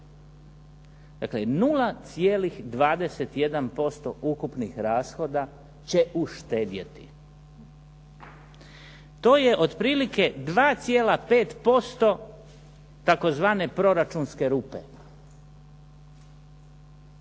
Dakle, 0,21% ukupnih rashoda će uštedjeti. To je otprilike 2,5% tzv. proračunske rupe.